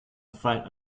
fight